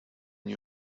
did